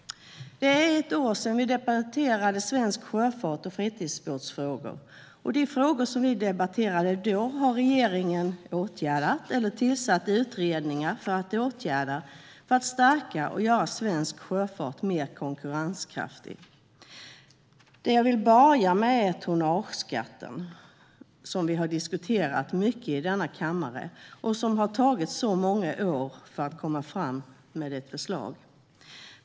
Det är ett år sedan vi debatterade svensk sjöfart och fritidsbåtsfrågor. De frågor som vi debatterade då har regeringen åtgärdat eller tillsatt utredningar om att åtgärda för att stärka och göra svensk sjöfart mer konkurrenskraftig. Det jag vill börja med är tonnageskatten, som vi har diskuterat mycket i denna kammare och där det har tagit många år att komma fram med ett förslag.